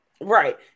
Right